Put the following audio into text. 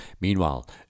Meanwhile